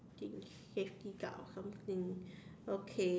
or something okay